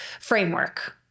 framework